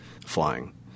flying